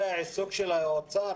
זה העיסוק של האוצר?